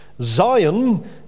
Zion